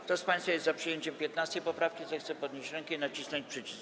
Kto z państwa jest za przyjęciem 15. poprawki, zechce podnieść rękę i nacisnąć przycisk.